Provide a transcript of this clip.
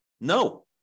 No